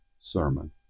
sermon